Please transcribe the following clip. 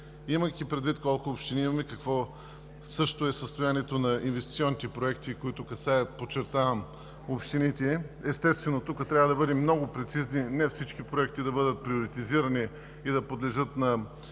Имайки предвид колко общини имаме, какво също е състоянието на инвестиционните проекти, които касаят, подчертавам общините, естествено тук трябва да бъдем много прецизни, не всички проекти да бъдат приоритизирани и да подлежат на